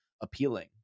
appealing